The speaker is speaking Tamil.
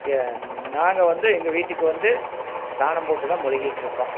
நாங்கள் வந்து எங்கள் வீட்டுக்கு வந்து சாணம் போட்டுதான் மொழுகிட்டிருக்கோம்